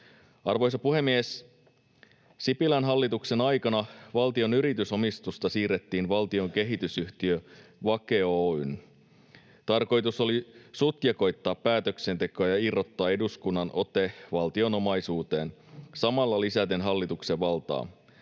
Arvoisa puhemies! Sipilän hallituksen aikana valtion yritysomistusta siirrettiin Valtion kehitysyhtiö Vake Oy:hyn. Tarkoitus oli sutjakoittaa päätöksentekoa ja irrottaa eduskunnan ote valtion omaisuuteen samalla lisäten hallituksen valtaa.